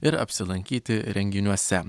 ir apsilankyti renginiuose